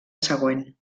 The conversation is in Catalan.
següent